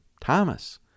Thomas